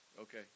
Okay